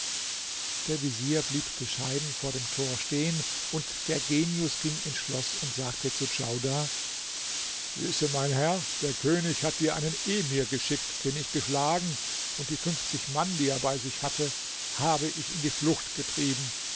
der vezier blieb bescheiden vor dem tor stehen und der genius ging ins schloß und sagte zu djaudar wisse mein herr der könig hat dir einen emir geschickt den ich geschlagen und die fünfzig mann die er bei sich hatte habe ich in die flucht getrieben